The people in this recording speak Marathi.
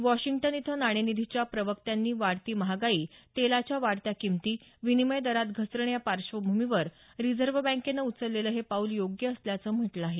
वॉशिंग्टन इथं नाणेनिधीच्या प्रवक्त्यांनी वाढती महागाई तेलाच्या वाढत्या किमती विनिमय दरात घसरण या पार्श्वभूमीवर रिझर्व बँकेनं उचललेलं हे पाऊल योग्य असल्याचं म्हटलं आहे